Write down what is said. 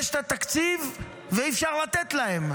יש את התקציב ואי-אפשר לתת להם.